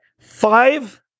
five